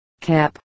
cap